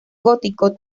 gótico